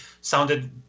sounded